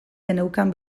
geneukan